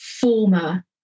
former